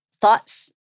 thoughts